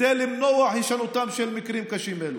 כדי למנוע את הישנותם של מקרים קשים אלו.